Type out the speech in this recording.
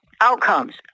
outcomes